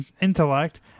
intellect